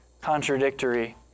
contradictory